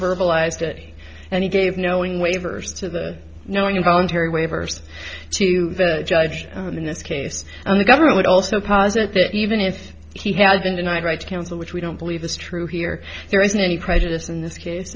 verbalized it and he gave knowing waivers to knowing involuntary waivers to the judge in this case and the government would also posit that even if he had been denied rights council which we don't believe this true here there isn't any prejudice in this case